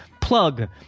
plug